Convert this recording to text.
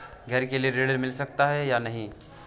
घर के लिए ऋण मिल सकता है या नहीं?